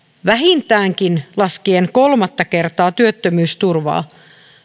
vähintäänkin laskien kolmatta kertaa työttömyysturvaa